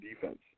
defense